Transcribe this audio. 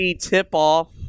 tip-off